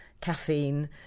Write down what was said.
caffeine